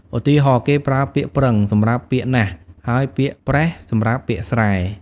ឧទាហរណ៍ គេប្រើពាក្យ "ប្រឹង" សម្រាប់ពាក្យ "ណាស់" ហើយពាក្យ "ប្រេះ" សម្រាប់ពាក្យ "ស្រែ"។